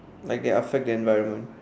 like they affect the environment